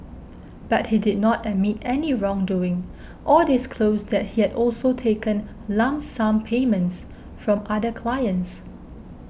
but he did not admit any wrongdoing or disclose that he had also taken lump sum payments from other clients